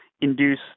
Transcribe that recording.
induce